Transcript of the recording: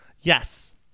Yes